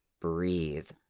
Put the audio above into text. breathe